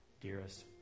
dearest